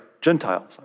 Gentiles